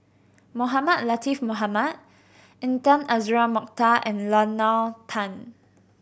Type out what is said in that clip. Mohamed Latiff Mohamed Intan Azura Mokhtar and Nalla Tan